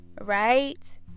Right